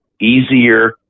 easier